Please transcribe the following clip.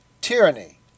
Tyranny